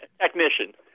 technician